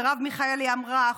מרב מיכאלי אמרה,